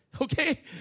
Okay